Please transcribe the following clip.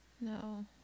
No